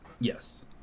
Yes